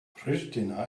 pristina